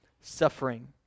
suffering